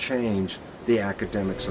change the academics